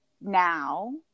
now